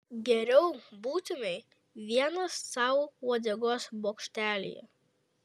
geriau būtumei vienas sau uodegos bokštelyje